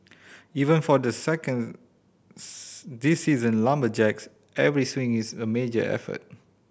even for the second these seasoned lumberjacks every swing is a major effort